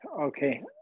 Okay